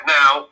now